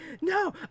no